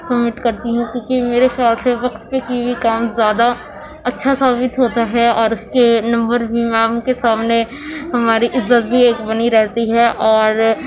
سمٹ کرتی ہوں کیوں کہ میرے خیال سے وقت پہ کی ہوئی کام زیادہ اچھا ثابت ہوتا ہے اور اس کے نمبر بھی میم کے سامنے ہماری عزت بھی ایک بنی رہتی ہے اور